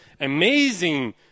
amazing